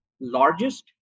largest